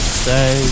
say